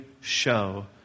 show